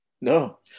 No